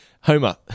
Homer